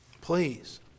Please